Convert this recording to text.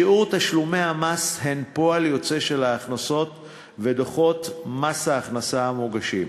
שיעור תשלומי המס הוא פועל יוצא של ההכנסות ודוחות מס ההכנסה המוגשים.